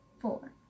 four